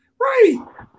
Right